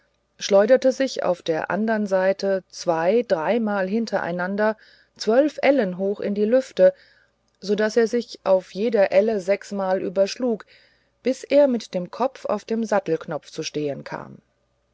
schleuderte sich auf der andern seite zwei dreimal hintereinander zwölf ellen hoch in die lüfte so daß er sich auf jeder elle sechsmal überschlug bis er mit dem kopf auf dem sattelknopf zu stehen kam